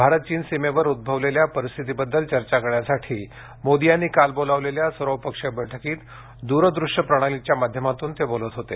भारत चीन सीमेवर उद्भवलेल्या परिस्थितीबद्दल चर्चा करण्यासाठी मोदी यांनी काल बोलावलेल्या सर्वपक्षीय बैठकीत दूर दृश्य प्रणालीच्या माध्यमातून ते बोलत होते